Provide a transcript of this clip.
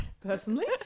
personally